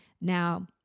Now